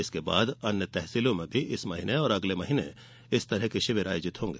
इसके बाद अन्य तहसीलों में भी इस महीने और अगले महीने इस तरह के शिविर आयोजित होंगे